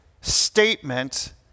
statement